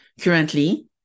Currently